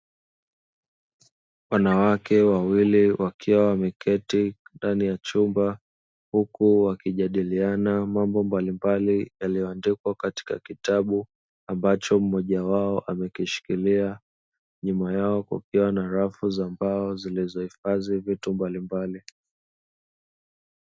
Wanawake wawili wakiwa wameketi ndani ya chumba, huku wakijadiliana mambo mbalimbali yaliyo andikwa katika kitabu ambacho mmoja wao amekishikilia. Nyuma yao kukiwa na rafu za mbao zilizo hifadhi vitu mbalimbali,